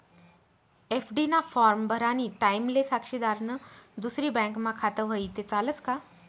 FD ना form भरानी टाईमले साक्षीदारनं दुसरी बँकमा खातं व्हयी ते चालस का